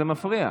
זה מפריע.